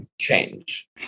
change